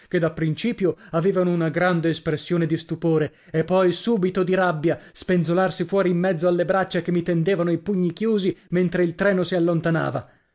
da principio avevano una grande espressione di stupore e poi subito di rabbia spenzolarsi fuori in mezzo alle braccia che mi tendevano i pugni chiusi mentre il treno si allontanava